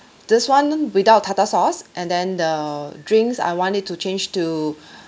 this [one] without tartar source and then the drinks I want it to change to